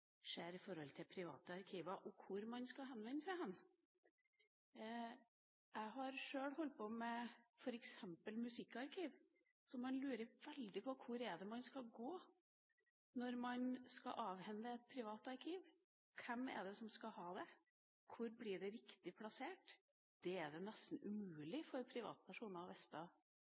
skjer med private arkiver, og hvor man skal henvende seg hen. Jeg har sjøl holdt på med f.eks. musikkarkiv, og man lurer veldig på hvor man skal gå når man skal avhende et privat arkiv. Hvem er det som skal ha det? Hvor blir det riktig plassert? Det er det nesten umulig for privatpersoner